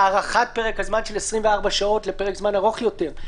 הארכת פרק הזמן של 24 שעות לפרק זמן ארוך יותר,